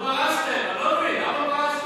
אז למה לא פרשתם?